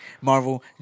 Marvel